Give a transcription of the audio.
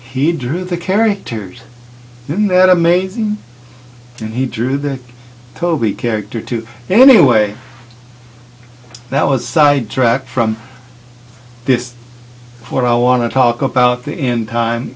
he drew the characters in that amazing and he drew the toby character to anyway that was sidetracked from this what i want to talk about the end time